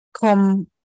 come